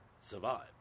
survive